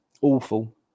Awful